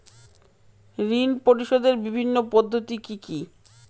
ঋণ পরিশোধের বিভিন্ন পদ্ধতি কি কি?